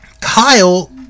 Kyle